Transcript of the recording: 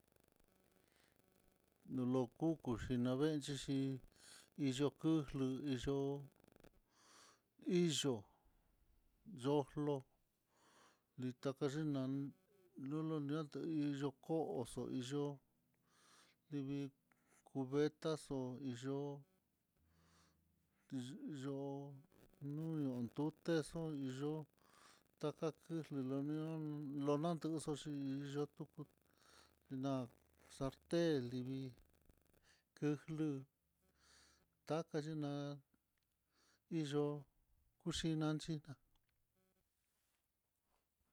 No lukuku xhi navenxhi chí, iyu kuxlu iyo'o iyoo yo'o flo litakaxhi nan luluñan ta hí hi yo'ó koo xo yo'o, divii cubetas xo yo'o yo nuñon tutexo, yo'o takaxkuxle lunion lunantuxu xhí yeloku naáxa telvii, ku flu'u takaxhina iyo'o kuxhian xhiná.